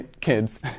kids